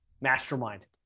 mastermind